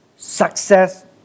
Success